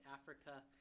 Africa